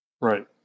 Right